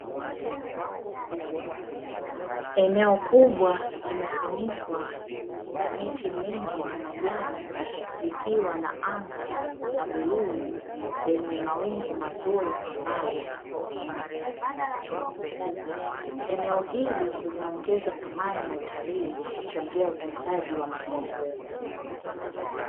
Eneo kubwa limefunikwa na miti mingi na majani likiwa na anga la bluu, lenye mawingu mazuri kwa mbali. Eneo hili linaongeza thamani ya utalii, na kuchangia utunzaji wa mazingira.